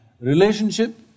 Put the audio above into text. Relationship